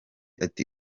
ati